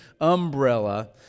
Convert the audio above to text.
umbrella